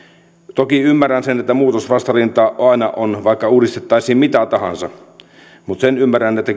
toki ymmärrän sen että muutosvastarintaa aina on vaikka uudistettaisiin mitä tahansa mutta sen ymmärrän että